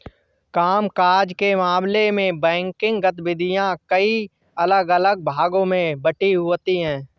काम काज के मामले में बैंकिंग गतिविधियां कई अलग अलग भागों में बंटी होती हैं